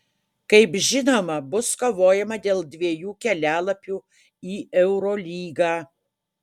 kaip žinoma bus kovojama dėl dviejų kelialapių į eurolygą